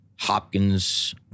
Hopkins